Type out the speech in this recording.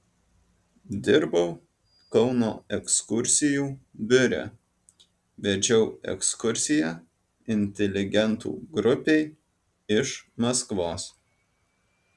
dirbau kauno ekskursijų biure vedžiau ekskursiją inteligentų grupei iš maskvos